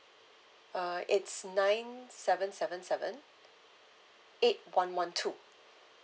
uh it's nine seven seven seven eight one one two